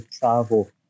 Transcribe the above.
travel